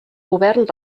govern